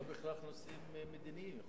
זה לא בהכרח נושאים מדיניים.